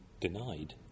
denied